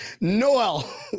Noel